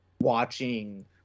watching